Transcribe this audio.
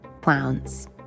clowns